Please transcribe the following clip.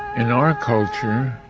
in our culture,